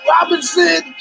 Robinson